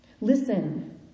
Listen